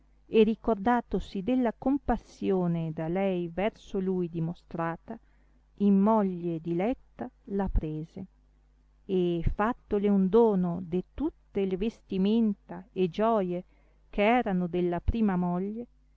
e ricordatosi della compassione da lei verso lui dimostrata in moglie diletta la prese e fattole un dono de tutte le vestimenta e gioie che erano della prima moglie